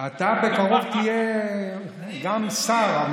בקרוב תהיה גם שר.